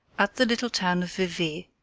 at the little town of vevey,